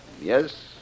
yes